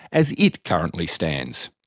as it currently stands.